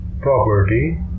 property